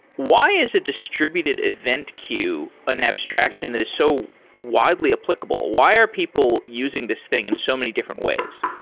why is a distributed event queue an abstraction that is so widely applicable? why are people using this thing in so many different ways?